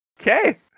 Okay